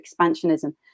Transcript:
expansionism